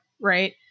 right